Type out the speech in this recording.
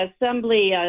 assembly